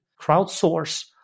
crowdsource